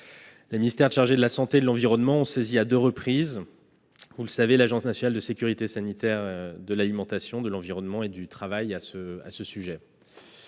Les ministères chargés de la santé et de l'environnement ont saisi à deux reprises l'Agence nationale de sécurité sanitaire de l'alimentation, de l'environnement et du travail à ce sujet.